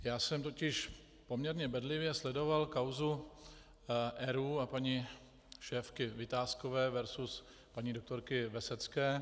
Já jsem totiž poměrně bedlivě sledoval kauzu ERÚ a paní šéfky Vitáskové versus paní doktorky Vesecké.